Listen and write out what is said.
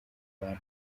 abantu